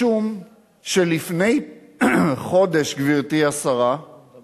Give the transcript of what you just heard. משום שלפני חודש, גברתי השרה, אני לא,